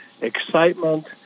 excitement